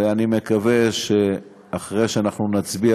ואני מקווה שאחרי שאנחנו נצביע,